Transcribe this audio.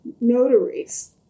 notaries